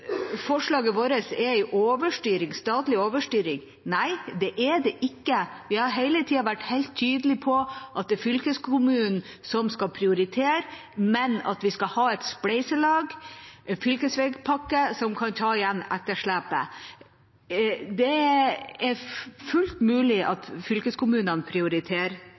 forslaget vårt er en statlig overstyring. Nei, det er det ikke. Vi har hele tiden vært helt tydelige på at det er fylkeskommunen som skal prioritere, men at vi skal ha et spleiselag, en fylkesveipakke, som kan ta igjen etterslepet. Det er det fullt mulig at fylkeskommunene prioriterer